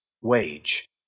wage